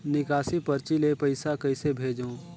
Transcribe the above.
निकासी परची ले पईसा कइसे भेजों?